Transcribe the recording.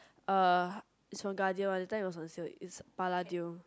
uh it's from Guardian one that time it was on sale Paladium